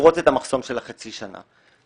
לפרוץ את המחסום של החצי שנה.